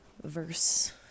Verse